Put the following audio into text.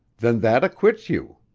then that acquits you.